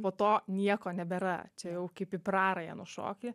po to nieko nebėra čia jau kaip į prarają nušoki